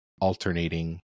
alternating